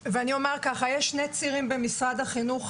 יש שני צירים רגולטיביים במשרד החינוך